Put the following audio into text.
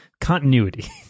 continuity